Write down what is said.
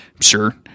sure